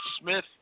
Smith